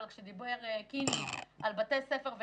אבל כשקינלי דיבר על בתי ספר,